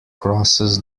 crosses